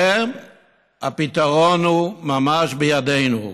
והפתרון הוא ממש בידינו.